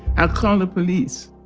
i'll call the police